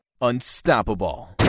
unstoppable